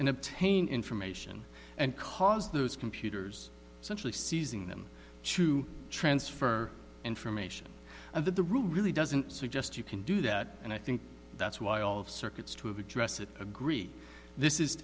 and obtain information and cause those computers centrally seizing them to transfer information of the rule really doesn't suggest you can do that and i think that's why all of circuits to address it agree this is